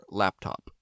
laptop